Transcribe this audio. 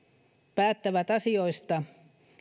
päättävät asioista